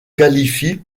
qualifient